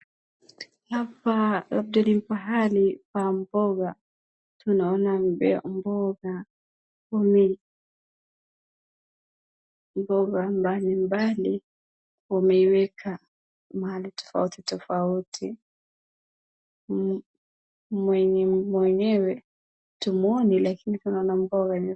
Hapa labda ni mahali pa mboga. Tunaona mboga mboga mbalimbali wameweka mahali tofauti tofauti. Mwenye mwenyewe hatumuoni lakini tunaona mboga.